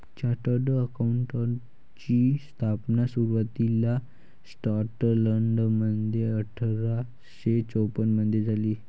chartered अकाउंटंटची स्थापना सुरुवातीला स्कॉटलंडमध्ये अठरा शे चौवन मधे झाली